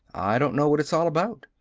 i don't know what it's all about.